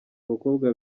abakobwa